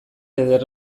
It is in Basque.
eder